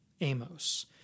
Amos